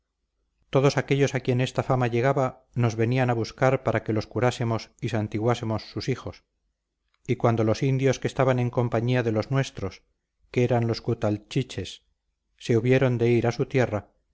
todos aquellos a quien esta fama llegaba nos venían a buscar para que los curásemos y santiguásemos sus hijos y cuando los indios que estaban en compañía de los nuestros que eran los cutalchiches se hubieron de ir a su tierra